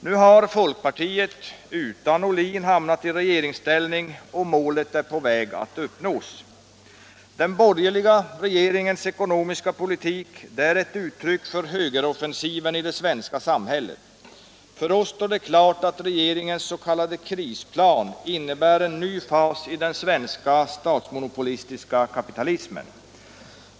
Nu har folkpartiet, utan Ohlin, hamnat i regeringsställning, och målet är på väg att uppnås. Den borgerliga regeringens ekonomiska politik är ett uttryck för högeroffensiven i det svenska samhället. För oss står det klart att regeringens s.k. krisplan innebär en ny fas i den svenska statsmonopolistiska kapitalismen.